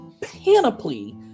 panoply